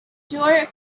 tour